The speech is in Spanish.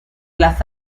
las